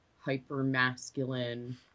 hyper-masculine